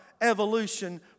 evolution